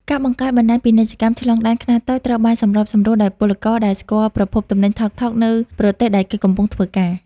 ការបង្កើតបណ្ដាញពាណិជ្ជកម្មឆ្លងដែនខ្នាតតូចត្រូវបានសម្របសម្រួលដោយពលករដែលស្គាល់ប្រភពទំនិញថោកៗនៅប្រទេសដែលគេកំពុងធ្វើការ។